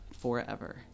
forever